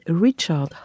Richard